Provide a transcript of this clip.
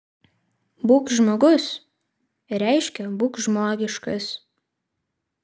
būk žmogus reiškia būk žmogiškas